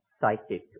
psychic